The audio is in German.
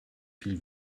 viel